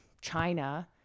China